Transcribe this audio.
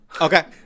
Okay